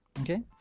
okay